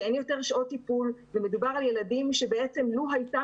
שאין יותר שעות טיפול ומדובר בילדים שבעצם לו הייתה